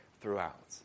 throughout